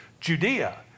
Judea